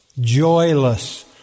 joyless